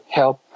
help